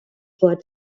door